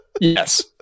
Yes